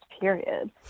period